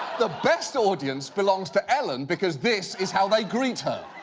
the best audience belongs to ellen because this is how they greet her.